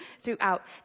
throughout